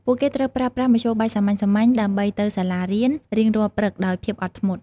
ពួកគេត្រូវប្រើប្រាស់មធ្យោបាយសាមញ្ញៗដើម្បីទៅសាលារៀនរៀងរាល់ព្រឹកដោយភាពអត់ធ្មត់។